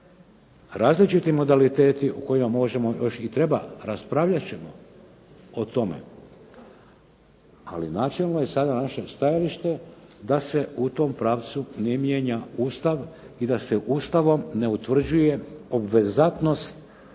različiti modaliteti o kojima možemo još i treba, raspravljat ćemo o tome. Ali načelno je sada naše stajalište da se u tom pravcu ne mijenja Ustav i da se Ustavom ne utvrđuje obvezatnost